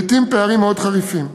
לעתים פערים מאוד חריפים.